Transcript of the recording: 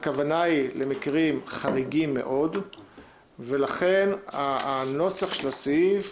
הכוונה היא למקרים חריגים מאוד ולכן הנוסח של הסעיף